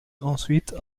ensuite